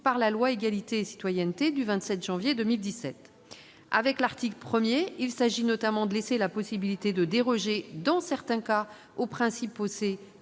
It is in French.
par la loi Égalité et citoyenneté du 27 janvier 2017. L'article 1prévoit notamment de laisser la possibilité de déroger, dans certains cas, au principe posé